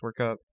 workup